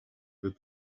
with